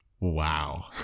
Wow